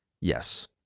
Yes